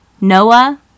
Noah